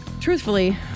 truthfully